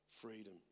freedom